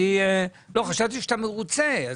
חשבתי שאתה מרוצה.